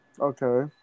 Okay